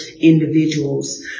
individuals